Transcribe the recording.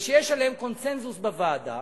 שיש עליהם קונסנזוס בוועדה,